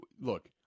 look